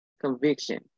conviction